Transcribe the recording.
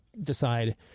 decide